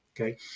Okay